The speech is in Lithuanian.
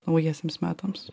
naujiesiems metams